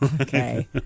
Okay